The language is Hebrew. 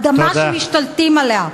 אדמה שמשתלטים עליה.